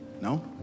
No